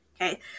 Okay